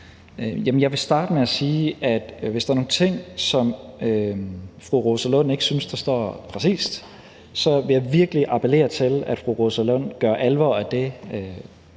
jeg vil starte med at sige, at hvis der er nogle ting, som fru Rosa Lund ikke synes står præcist, vil jeg virkelig appellere til, at fru Rosa Lund gør alvor af det,